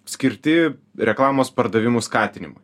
skirti reklamos pardavimų skatinimui